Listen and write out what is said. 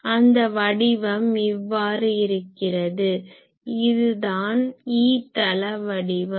அந்த வடிவம் இவ்வாறு இருக்கிறது இது தான் E தள வடிவம்